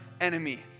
enemy